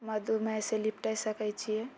मधुमेहसँ निपटि सकै छियै